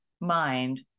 mind